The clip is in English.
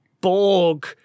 borg